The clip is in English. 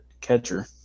catcher